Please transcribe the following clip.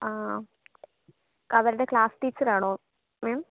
ആ അവരുടെ class teacher ആണോ മാം